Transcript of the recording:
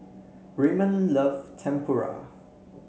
Ramon love Tempura